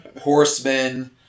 horsemen